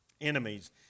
enemies